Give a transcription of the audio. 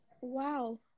wow